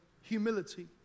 humility